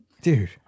dude